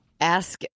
Ask